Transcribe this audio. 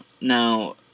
Now